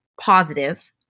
positive